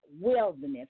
wilderness